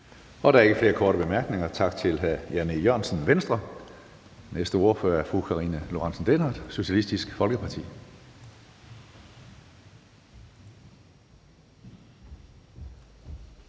Der er ikke flere korte bemærkninger, så tak til hr. Jan E. Jørgensen, Venstre. Den næste ordfører er fru Karina Lorentzen Dehnhardt, Socialistisk Folkeparti.